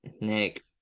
Nick